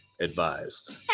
advised